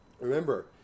Remember